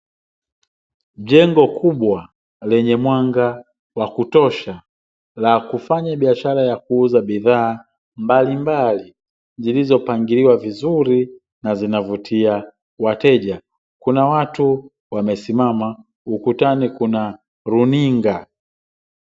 Jengo kubwa, lenye mwanga la kutosha la kufanya biashara ya kuuza bidhaa mbalimbali, zilizopangiliwa vizuri na zinavutia wateja. Kuna watu wamesimama, ukutani kuna runinga.